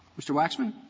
mr. waxman.